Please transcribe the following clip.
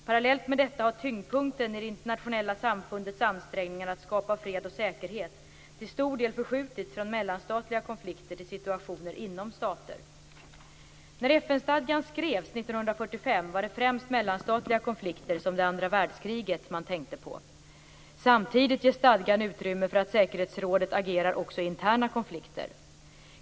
Parallellt med detta har tyngdpunkten i det internationella samfundets ansträngningar att skapa fred och säkerhet till stor del förskjutits från mellanstatliga konflikter till situationer inom stater. När FN-stadgan skrevs 1945 var det främst mellanstatliga konflikter, som det andra världskriget, man tänkte på. Samtidigt ger stadgan utrymme för att säkerhetsrådet agerar också i interna konflikter.